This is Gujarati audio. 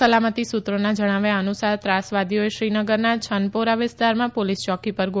સલામતી સુત્રોના જણાવ્યા અનુસાર ત્રાસવાદીઓએ શ્રીનગરના છનપોરા વિસ્તારમાં પોલીસ ચોકી પર ગોળીબાર કર્યા હતા